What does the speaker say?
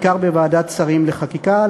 בעיקר בוועדת שרים לחקיקה.